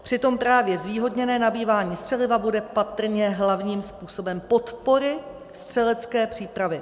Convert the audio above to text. Přitom právě zvýhodněné nabývání střeliva bude patrně hlavním způsobem podpory střelecké přípravy.